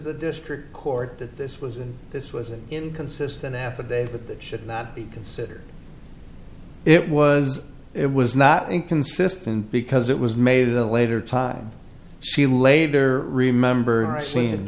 the district court that this was this was inconsistent affidavit that should not be considered it was it was not inconsistent because it was made a later time she later remember